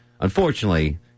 Unfortunately